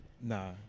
Nah